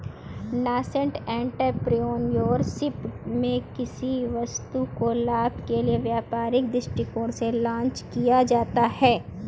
nascent entrepreneurship में किसी वस्तु को लाभ के लिए व्यापारिक दृष्टिकोण से लॉन्च किया जाता है